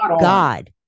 God